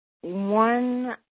one